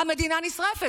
המדינה נשרפת.